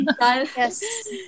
yes